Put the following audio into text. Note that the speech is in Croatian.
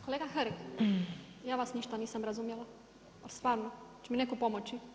Kolega Hrg, ja vas ništa nisam razumjela, ali stvarno, hoće li mi netko pomoći?